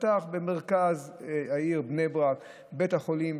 שפתח במרכז העיר בני ברק בית החולים,